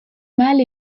mâle